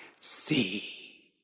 see